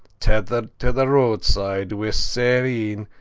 tethered to the roadside, wia sair een,